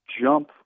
jump